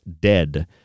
dead